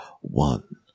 One